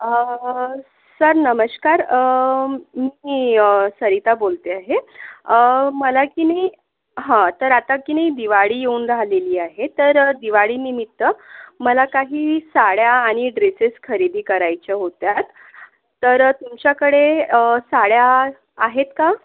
अं sir नमश्कार अं मी सरिता बोलते आहे अं मला की नी हा तर आता की नी दिवाळी येऊन राहलेली आहे तरं दिवाळी निमित्त मला काही साड्या आणि ड्रेसेस खरीदी करायच्या होत्या तर तुमच्याकडे अं साड्या आहेत का